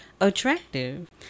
attractive